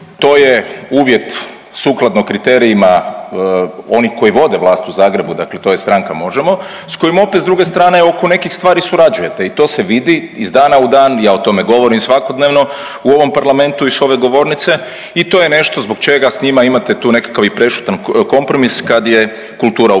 to je uvjet sukladno kriterijima onih koji vode vlast u Zagrebu, dakle to je stranka Možemo s kojima opet s druge strane oko nekih stvari surađujete. I to se vidi iz dana dan, ja o tome govorim svakodnevno u ovom parlamentu i s ove govornice i to je nešto zbog čega s njima imate tu nekakav i prešutan kompromis kad je kultura u pitanju.